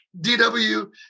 dw